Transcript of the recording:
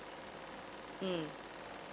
mm